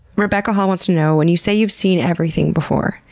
rebecca hall wants to know when you say you've seen everything before,